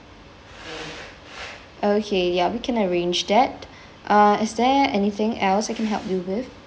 okay ya we can arrange that uh is there anything else I can help you with